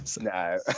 No